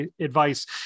advice